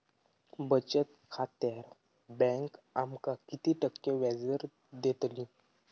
बचत खात्यार बँक आमका किती टक्के व्याजदर देतली?